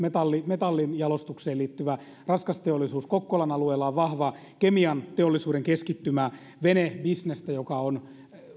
metallinjalostukseen liittyvä raskas teollisuus kokkolan alueella on vahva kemianteollisuuden keskittymä venebisnestä joka on